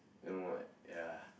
you know what ya